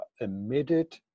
emitted